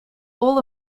all